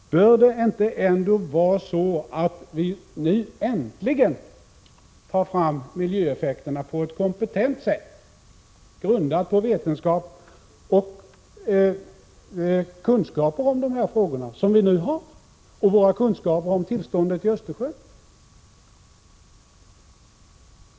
Bör det ändå inte vara så att vi nu äntligen tar fram miljöeffekterna på ett kompetent sätt, grundat på den kunskap om de här frågorna som vi nu har och på våra kunskaper om tillståndet i Östersjön?